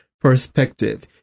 perspective